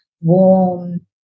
warm